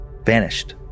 vanished